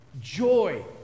Joy